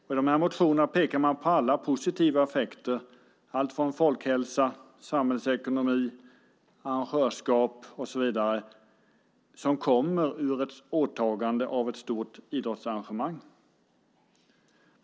Med de motionerna pekar man på alla positiva effekter, allt från folkhälsa, samhällsekonomi, arrangörskap och så vidare, som kommer ur ett åtagande när det gäller ett stort idrottsarrangemang.